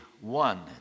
one